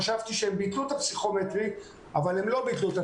חשבתי שהם ביטלו את הפסיכומטרי אבל הם לא ביטלו.